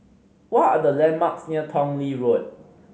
what are the landmarks near Tong Lee Road